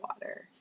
water